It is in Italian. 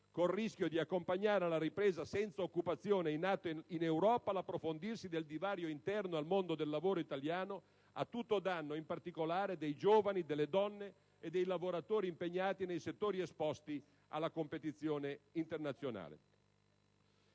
Col rischio di accompagnare alla "ripresa senza occupazione" in atto in Europa l'approfondirsi del divario interno al mondo del lavoro italiano, a tutto danno, in particolare, dei giovani, delle donne e dei lavoratori impegnati nei settori esposti alla competizione internazionale.